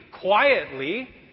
quietly